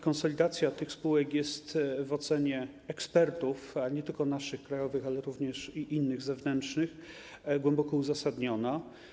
Konsolidacja tych spółek jest w ocenie ekspertów, nie tylko naszych, krajowych, ale również innych, zewnętrznych, głęboko uzasadniona.